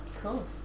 Cool